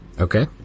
Okay